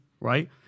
right